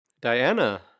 Diana